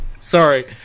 Sorry